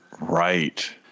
Right